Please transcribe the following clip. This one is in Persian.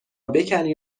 بکنی